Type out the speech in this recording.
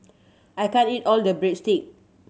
I can't eat all the Breadstick